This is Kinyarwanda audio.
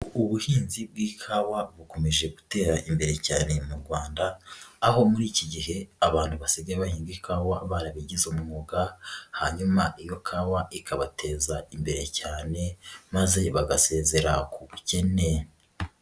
Ubuhinzi bw'ikawa bukomeje gutera imbere cyane mu Rwanda, aho muri iki gihe abantu basigaye bahinga ikawa barabigize umwuga, hanyuma iyo kawa ikabateza imbere cyane maze bagasezera ku bukene.